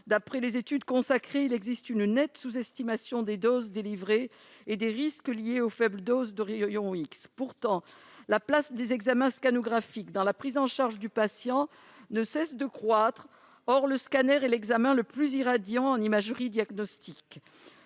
D'après les études qui y ont été consacrées, ces doses sont nettement sous-estimées, de même que les risques liés aux faibles doses de rayons X. Pourtant, la place des examens scannographiques dans la prise en charge du patient ne cesse de croître. Or le scanner est l'examen le plus irradiant en imagerie diagnostique.